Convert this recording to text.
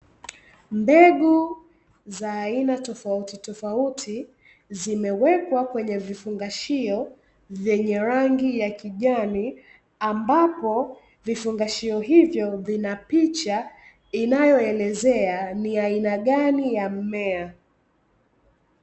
Mbegu za aina tofautitofauti zimewekwa kwenye vifungashio venye rangi ya kijani, ambapo vifungashi hivyo vinapicha inayo elezea ni aina gani ya mmea.